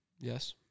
Yes